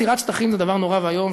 מסירת שטחים זה דבר נורא ואיום,